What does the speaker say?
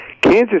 Kansas